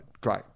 great